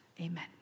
Amen